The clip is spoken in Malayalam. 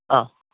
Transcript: ആ